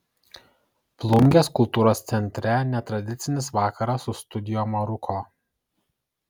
plungės kultūros centre netradicinis vakaras su studio maruko